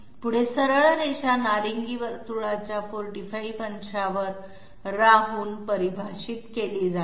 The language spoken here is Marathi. पुढे सरळ रेषा नारिंगी वर्तुळाच्या 45 अंशांवर राहून परिभाषित केली जाते